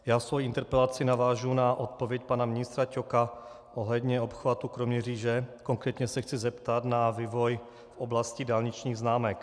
Já svou interpelací navážu na odpověď pana ministra Ťoka ohledně obchvatu Kroměříže, konkrétně se chci zeptat na vývoj v oblasti dálničních známek.